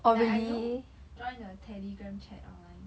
like I you know join the telegram chat online